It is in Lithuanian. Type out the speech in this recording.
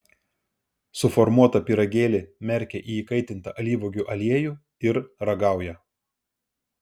suformuotą pyragėlį merkia į įkaitintą alyvuogių aliejų ir ragauja